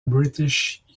british